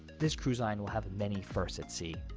this cruise line will have many firsts at sea.